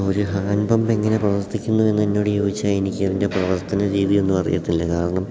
ഒരു hand pump എങ്ങനെ പ്രവർത്തിക്കുന്നു എന്ന് എന്നോടു ചോദിച്ചാൽ എനിക്കതിൻ്റെ പ്രവർത്തന രീതിയൊന്നും അറിയത്തില്ല കാരണം